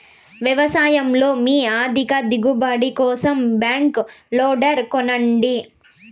వ్యవసాయంలో మీ అధిక దిగుబడి కోసం బ్యాక్ లోడర్ కొనండి